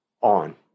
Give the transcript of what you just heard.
on